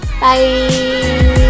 bye